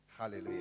Hallelujah